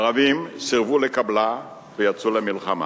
הערבים סירבו לקבלה, ויצאו למלחמה.